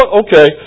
okay